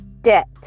debt